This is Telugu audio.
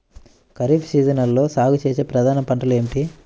ఖరీఫ్ సీజన్లో సాగుచేసే ప్రధాన పంటలు ఏమిటీ?